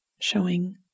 showing